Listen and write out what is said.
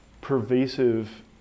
pervasive